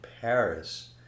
Paris